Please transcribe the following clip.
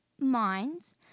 minds